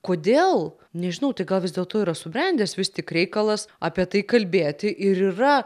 kodėl nežinau tai gal vis dėlto yra subrendęs vis tik reikalas apie tai kalbėti ir yra